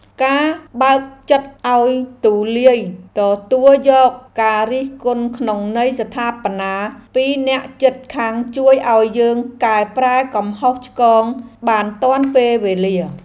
ការបើកចិត្តឱ្យទូលាយទទួលយកការរិះគន់ក្នុងន័យស្ថាបនាពីអ្នកជិតខាងជួយឱ្យយើងកែប្រែកំហុសឆ្គងបានទាន់ពេលវេលា។